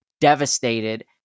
devastated